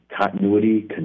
continuity